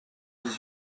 dix